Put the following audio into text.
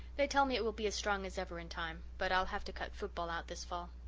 they tell me it will be as strong as ever in time, but i'll have to cut football out this fall.